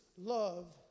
love